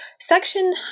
section